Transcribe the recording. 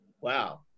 wow